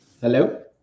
Hello